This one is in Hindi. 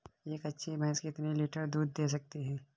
एक अच्छी भैंस कितनी लीटर दूध दे सकती है?